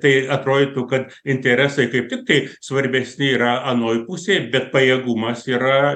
tai atrodytų kad interesai kaip tiktai tai svarbesni yra anoj pusėj bet pajėgumas yra